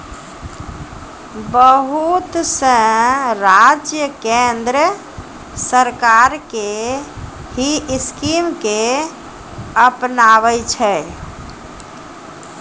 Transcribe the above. बहुत से राज्य केन्द्र सरकार के ही स्कीम के अपनाबै छै